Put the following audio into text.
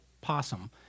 possum